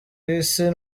isi